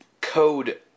code